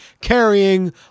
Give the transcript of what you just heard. carrying